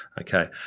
okay